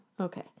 Okay